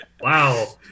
Wow